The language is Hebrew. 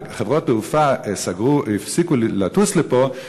וחברות תעופה הפסיקו לטוס לפה,